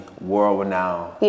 world-renowned